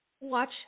Watch